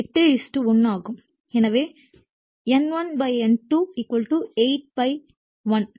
எனவே N1 N2 81 K